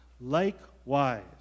Likewise